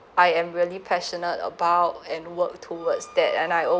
I am really passionate about and work towards that and I